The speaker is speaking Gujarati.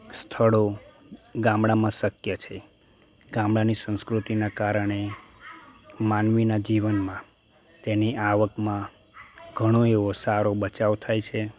સ્થળો ગામડામાં શક્ય છે ગામડાની સંસ્કૃતિનાં કારણે માનવીનાં જીવનમાં તેની આવકમાં ઘણો એવો સારો બચાવ થાય છે